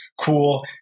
Cool